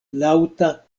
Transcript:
laŭta